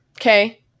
Okay